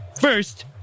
First